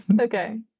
Okay